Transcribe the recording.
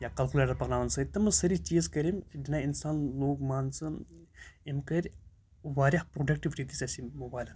یا کَلکُلیٹَر پَکناوان سۭتۍ تِمہٕ سٲری چیٖز کٔرۍ أمۍ اِنسان لوٚگ مان ژٕ أمۍ کٔرۍ واریاہ پرٛوڈِکٹِوِٹی دِژ اَسہِ أمۍ موبایلَن